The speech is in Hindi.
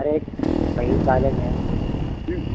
और कई कॉलेज है